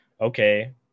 okay